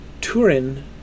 Turin